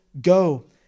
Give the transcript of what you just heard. go